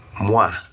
Moi